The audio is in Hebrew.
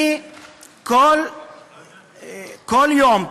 אני כל יום,